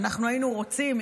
שאנחנו היינו רוצים,